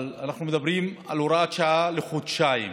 אבל אנחנו מדברים על הוראת שעה לחודשיים,